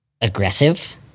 aggressive